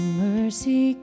mercy